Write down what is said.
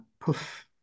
poof